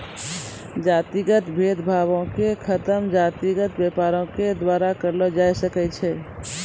जातिगत भेद भावो के खतम जातिगत व्यापारे के द्वारा करलो जाय सकै छै